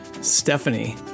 Stephanie